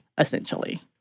essentially